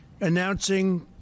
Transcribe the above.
announcing